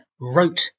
wrote